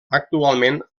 actualment